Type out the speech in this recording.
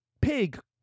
pig